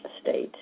state